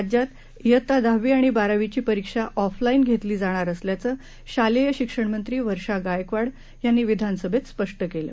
राज्यात शित्ता दहावी आणि बारावीची परीक्षा ऑफलाईन घेतली जाणार असल्याचं शालेय शिक्षणमंत्री वर्षा गायकवाड यांनी विधानसभेत स्पष्ट केलं